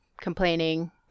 complaining